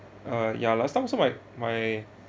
ah ya last time also like my